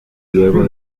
luego